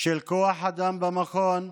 של כוח אדם במכון.